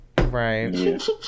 right